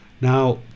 Now